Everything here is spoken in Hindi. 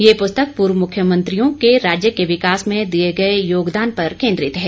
ये पुस्तक पूर्व मुख्यमंत्रियों के राज्य के विकास में दिये गये योगदान पर केंद्रित है